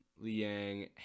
Liang